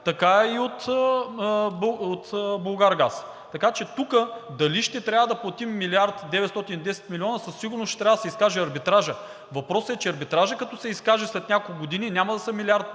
така и от „Булгаргаз“. Така че тук дали ще трябва да платим 1 милиард 910 милиона – със сигурност ще трябва да се изкаже арбитражът. Въпросът е, че арбитражът, като се изкаже след няколко години, няма да са 1 милиард